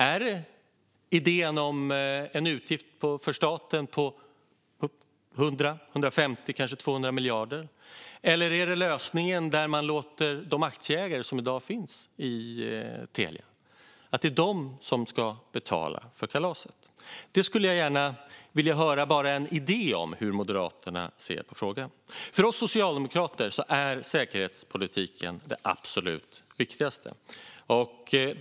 Är det idén om en utgift för staten på 100, 150 eller kanske 200 miljarder, eller är det lösningen där man låter de aktieägare som i dag finns i Telia betala för kalaset? Där skulle jag gärna bara vilja höra en idé om hur Moderaterna ser på frågan. För oss socialdemokrater är säkerhetspolitiken det absolut viktigaste.